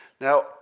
Now